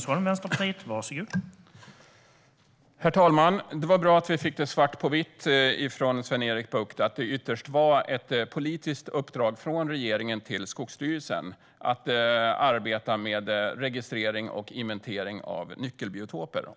Herr talman! Det var bra att vi fick svart på vitt från Sven-Erik Bucht att det ytterst var ett politiskt uppdrag från regeringen till Skogsstyrelsen att arbeta med registrering och inventering av nyckelbiotoper.